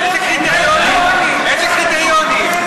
איזה קריטריונים?